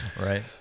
right